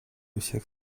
всех